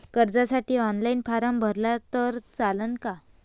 कर्जसाठी online form भरला तर चालन का?